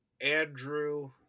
andrew